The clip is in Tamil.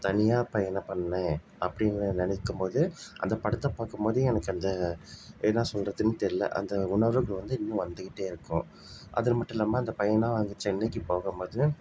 தனியாக பயணம் பண்ணேன் அப்படின்னு நான் நினைக்கும்போது அந்த படத்தை பார்க்கும்போது எனக்கு அந்த என்ன சொல்கிறதுன்னு தெரில அந்த உணர்வுகள் வந்து இன்னும் வந்துக்கிட்டே இருக்கும் அது மட்டும் இல்லாமல் அந்த பயணம் அது சென்னைக்கு போகும்போது